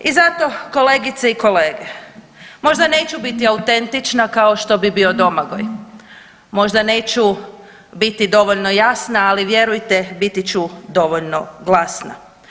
I zato kolegice i kolege, možda neću biti autentična kao što bi bio Domagoj, možda neću biti dovoljno jasna, ali vjerujete biti ću dovoljno glasna.